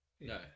No